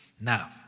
Now